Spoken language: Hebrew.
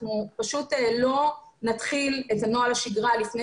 אנחנו פשוט לא נתחיל את נוהל השגרה לפני